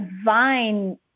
divine